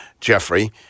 Jeffrey